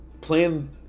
playing